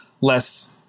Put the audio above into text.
less